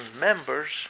members